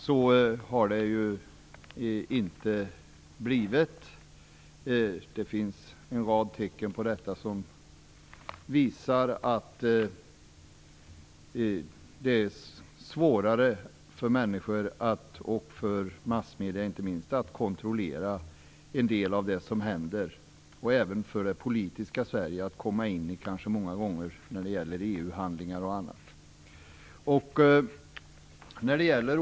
Så har inte blivit fallet. Det finns en rad tecken på att det är svårare för människor och inte minst för massmedier att kontrollera en del av det som händer. Även för det politiska Sverige är det många gånger svårare att komma åt EU-handlingar och annat.